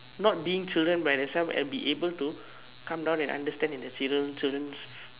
not being children by themselves and be able to come down and understand in their children children's